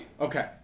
Okay